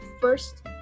first